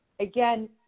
again